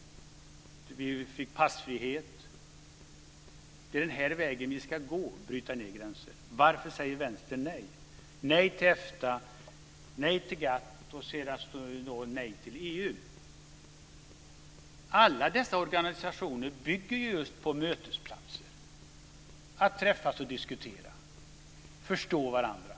Vi fick passfrihet. Det är den vägen vi ska gå, att bryta ned gränser. Varför säger Vänstern nej? Det sade nej till EF TA, nej till GATT och nu senast nej till EU. Alla dessa organisationer bygger på mötesplatser, att träffas och diskutera och att förstå varandra.